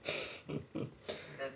mm